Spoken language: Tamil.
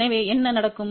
எனவே என்ன நடக்கும்